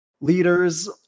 leaders